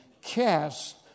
cast